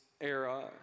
era